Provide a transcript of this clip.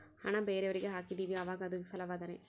ಹಣ ಬೇರೆಯವರಿಗೆ ಹಾಕಿದಿವಿ ಅವಾಗ ಅದು ವಿಫಲವಾದರೆ?